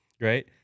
right